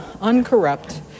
uncorrupt